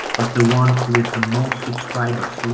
but the one with the most subscribers. so